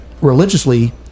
religiously